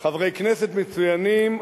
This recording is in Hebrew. חברי כנסת מצוינים,